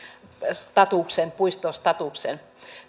tämän puistostatuksen